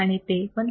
आणि ते 159